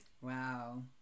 Wow